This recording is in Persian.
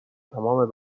تمام